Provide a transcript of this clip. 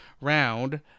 round